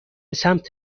سمت